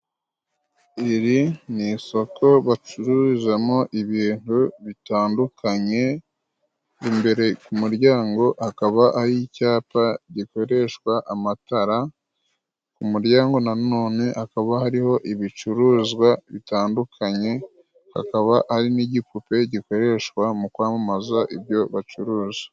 Iri ni isoko bacururizamo ibintu bitandukanye， imbere ku muryango hakaba hari icyapa gikoreshwa amatara，ku muryango na none hakaba hariho ibicuruzwa bitandukanye， hakaba hari n'igipupe gikoreshwa mu kwamamaza ibyo bacuruza.